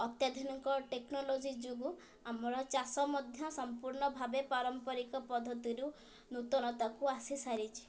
ଅତ୍ୟାଧୁନିକ ଟେକ୍ନୋଲୋଜି ଯୋଗୁଁ ଆମର ଚାଷ ମଧ୍ୟ ସମ୍ପୂର୍ଣ୍ଣ ଭାବେ ପାରମ୍ପରିକ ପଦ୍ଧତିରୁ ନୂତନତାକୁ ଆସି ସାରିଛି